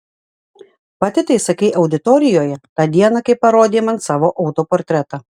pati tai sakei auditorijoje tą dieną kai parodei man savo autoportretą